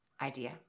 idea